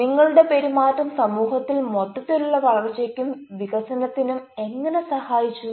നിങ്ങളുടെ പെരുമാറ്റം സമൂഹത്തിന്റെ മൊത്തത്തിലുള്ള വളർച്ചക്കും വികസനത്തിനും എങ്ങനെ സഹായിച്ചു